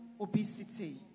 obesity